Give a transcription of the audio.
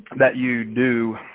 that you do.